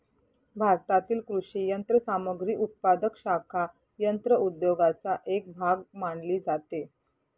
भारतातील कृषी यंत्रसामग्री उत्पादक शाखा यंत्र उद्योगाचा एक भाग मानली जाते